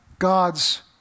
God's